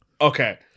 Okay